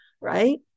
Right